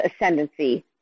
ascendancy